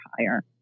higher